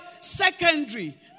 secondary